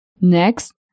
Next